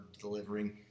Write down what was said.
delivering